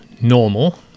normal